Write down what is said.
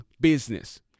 business